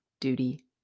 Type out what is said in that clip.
duty